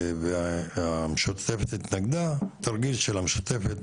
המשותפת התנגדה, תרגיל של המשותפת.